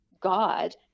God